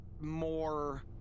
more